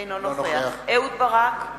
אינו נוכח אהוד ברק,